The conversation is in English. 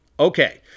Okay